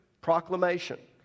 Proclamation